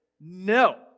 no